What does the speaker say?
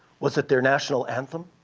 was it their national anthem,